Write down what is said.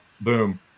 boom